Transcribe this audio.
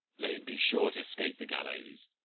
let him be sure to scape the gallows.